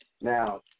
Now